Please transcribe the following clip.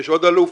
יש עוד אלוף,